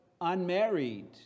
unmarried